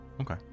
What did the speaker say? Okay